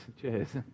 Cheers